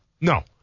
no